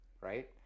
right